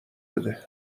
بده